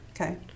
Okay